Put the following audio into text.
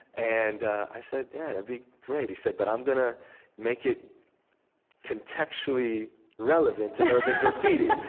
and i said, yeah, that'd be great. he said, but i'm going to make it contextually relevant to urban graffiti,